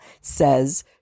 says